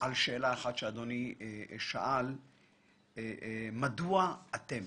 על שאלה אחת שאדוני שאל - מדוע רק אנחנו